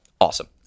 Awesome